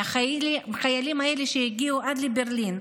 מהחיילים האלה שהגיעו עד לברלין.